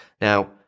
Now